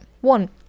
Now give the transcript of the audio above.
one